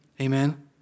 Amen